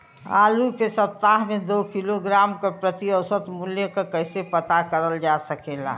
आलू के सप्ताह में दो किलोग्राम क प्रति औसत मूल्य क कैसे पता करल जा सकेला?